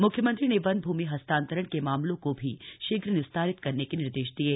म्ख्यमंत्री ने वन भूमि हस्तांतरण के मामलों को भी शीघ्र निस्तारित करने के निर्देश दिये